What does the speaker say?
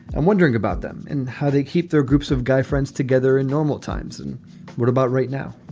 i'm wondering about them and how they keep their groups of guy friends together in normal times. and what about right now?